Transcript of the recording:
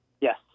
Yes